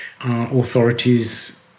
authorities